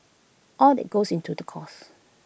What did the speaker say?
all that goes into the cost